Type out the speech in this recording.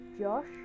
Josh